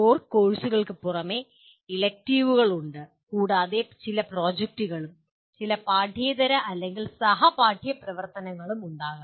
core കോഴ്സുകൾക്ക് പുറമേ elective ഉണ്ട് കൂടാതെ ചില പ്രോജക്റ്റുകളും ചില പാഠ്യേതര അല്ലെങ്കിൽ സഹ പാഠ്യ പ്രവർത്തനങ്ങളും ഉണ്ടാകാം